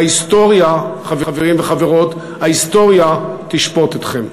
ההיסטוריה, חברים וחברות, ההיסטוריה תשפוט אתכם.